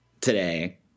today